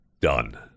done